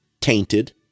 tainted